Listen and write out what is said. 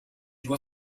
loi